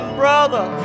brother